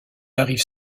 arrive